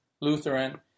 Lutheran